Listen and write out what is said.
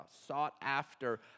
sought-after